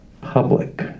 public